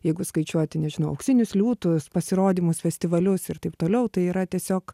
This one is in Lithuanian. jeigu skaičiuoti nežinau auksinius liūtus pasirodymus festivalius ir taip toliau tai yra tiesiog